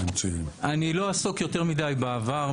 אני לא אעסוק יותר מידי בעבר,